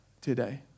today